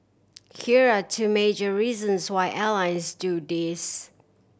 here are two major reasons why airlines do this